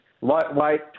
lightweight